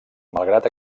malgrat